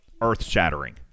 earth-shattering